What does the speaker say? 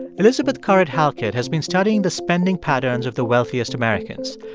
elizabeth currid-halkett has been studying the spending patterns of the wealthiest americans.